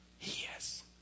yes